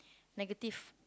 negative